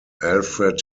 alfred